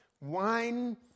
wine